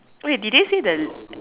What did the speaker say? okay did they say the